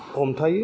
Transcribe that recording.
हमथायो